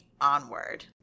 onward